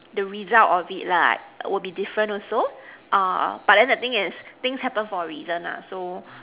the result of it lah would be different also uh but then the thing is things happen for a reason lah so